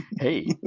Hey